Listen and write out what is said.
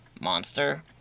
monster